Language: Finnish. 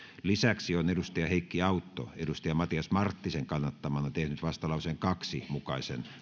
lisäksi on heikki autto matias marttisen kannattamana tehnyt vastalauseen kahden mukaisen